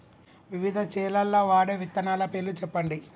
వివిధ చేలల్ల వాడే విత్తనాల పేర్లు చెప్పండి?